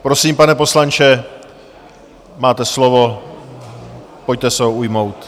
Prosím, pane poslanče, máte slovo, pojďte se ho ujmout.